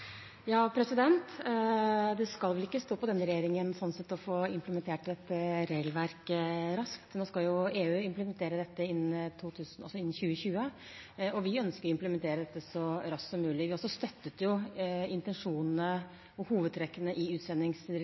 Det skal ikke stå på denne regjeringen, sånn sett, å få implementert et regelverk raskt. Nå skal EU implementere dette innen 2020, og vi ønsker å implementere det så raskt som mulig. Vi støttet intensjonene og hovedtrekkene i